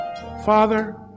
Father